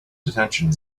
detention